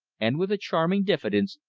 and, with a charming diffidence,